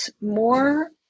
more